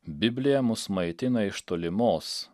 biblija mus maitina iš tolimos